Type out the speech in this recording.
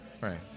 Right